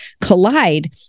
collide